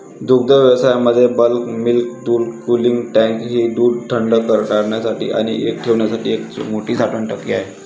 दुग्धव्यवसायामध्ये bulk milk cooling tank ही दूध थंड करण्यासाठी आणि ठेवण्यासाठी एक मोठी साठवण टाकी आहे